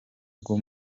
rwo